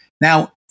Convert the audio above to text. now